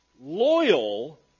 loyal